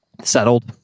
settled